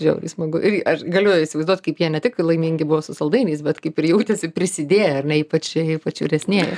žiauriai smagu irgi aš galiu įsivaizduot kaip jie ne tik laimingi buvo su saldainiais bet kaip ir jautėsi prisidėję ar ne ypač ypač vyresnieji